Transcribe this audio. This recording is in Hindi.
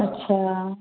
अच्छा